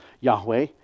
Yahweh